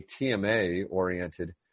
TMA-oriented